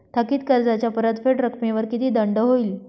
थकीत कर्जाच्या परतफेड रकमेवर किती दंड होईल?